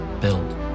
build